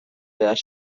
behar